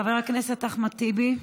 חבר הכנסת אחמד טיבי,